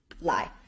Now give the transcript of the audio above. lie